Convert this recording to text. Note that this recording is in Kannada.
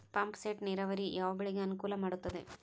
ಪಂಪ್ ಸೆಟ್ ನೇರಾವರಿ ಯಾವ್ ಬೆಳೆಗೆ ಅನುಕೂಲ ಮಾಡುತ್ತದೆ?